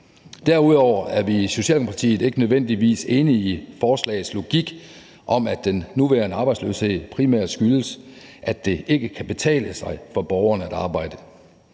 Derudover er vi i Socialdemokratiet ikke nødvendigvis enige i forslagets logik om, at den nuværende arbejdsløshed primært skyldes, at det ikke kan betale sig for borgerne at arbejde.